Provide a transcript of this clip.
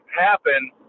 happen